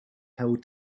held